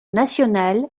national